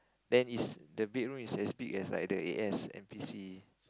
then is the bedroom is as big as like the A_S_M_P_C